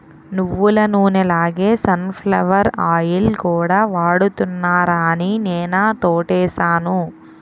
నువ్వులనూనె లాగే sunflower oil కూడా వాడుతున్నారాని నేనా తోటేసాను